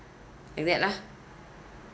like that lah